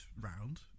round